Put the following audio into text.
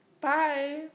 Bye